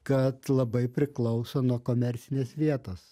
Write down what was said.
kad labai priklauso nuo komercinės vietos